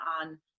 on